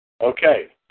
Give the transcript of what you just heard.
Okay